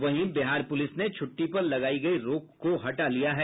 वहीं बिहार पुलिस ने छुट्टी पर लगायी गयी रोक को हटा लिया है